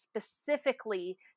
specifically